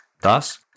Thus